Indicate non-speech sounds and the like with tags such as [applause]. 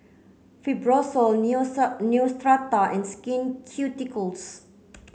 Fibrosol [unintelligible] Neostrata and Skin Ceuticals